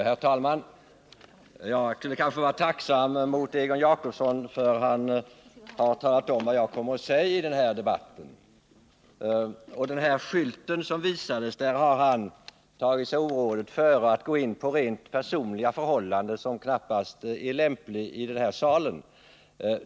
Herr talman! Jag borde kanske vara tacksam mot Egon Jacobsson för att han har talat om vad jag kommer att säga i den här debatten. Genom den skylt som visades har han tagit sig orådet före att gå in på rent personliga förhållanden som knappast är lämpliga att gå in på i den här salen.